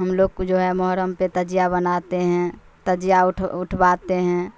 ہم لوگ کو جو ہے محرم پہ تعزیہ بناتے ہیں تعزیہ اٹھ اٹھواتے ہیں